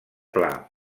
pla